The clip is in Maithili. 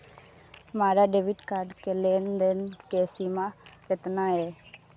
हमार डेबिट कार्ड के लेन देन के सीमा केतना ये?